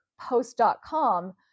Post.com